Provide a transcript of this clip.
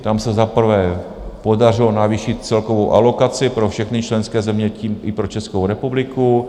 Tam se za prvé podařilo navýšit celkovou alokaci pro všechny členské země, tím i pro Českou republiku.